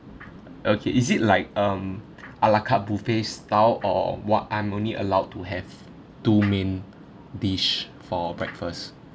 okay is it like um a la carte buffet style or what I'm only allowed to have two main dish for breakfast